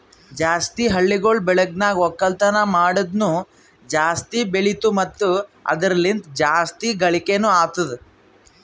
ಜಾಸ್ತಿ ಹಳ್ಳಿಗೊಳ್ ಬೆಳ್ದನ್ಗ ಒಕ್ಕಲ್ತನ ಮಾಡದ್ನು ಜಾಸ್ತಿ ಬೆಳಿತು ಮತ್ತ ಅದುರ ಲಿಂತ್ ಜಾಸ್ತಿ ಗಳಿಕೇನೊ ಅತ್ತುದ್